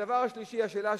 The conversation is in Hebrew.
הדבר השלישי, השאלה השלישית,